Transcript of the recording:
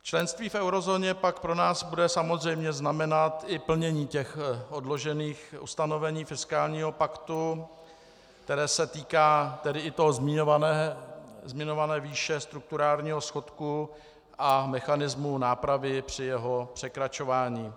Členství v eurozóně pak pro nás bude samozřejmě znamenat i plnění těch odložených ustanovení fiskálního paktu, které se týká i zmiňované výše strukturálního schodku a mechanismu nápravy při jeho překračování.